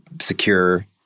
secure